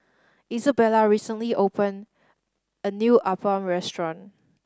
Izabella recently opened a new Appam restaurant